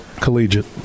Collegiate